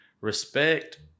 respect